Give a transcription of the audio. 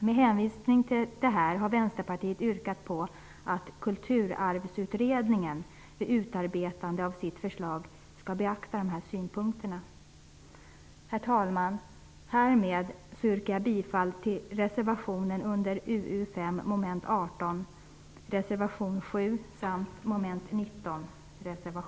Med hänvisning till detta har Vänsterpartiet yrkat på att Kulturarvsutredningen vid utarbetandet av sitt förslag skall beakta dessa synpunkter. Herr talman! Härmed yrkar jag bifall till reservation 7 till UU5, mom. 18, samt reservation 8 Tack för ordet!